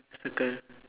circle